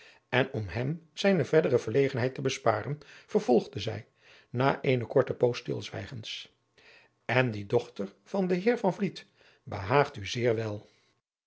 en om hem zijne verdere verlegenheid te besparen vervolgde zij na eene korte poos stilzwijgens en die dochter van den heer van vliet behaagt u zeer wel